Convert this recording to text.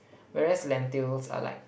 whereas lentils are like